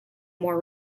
more